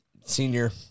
senior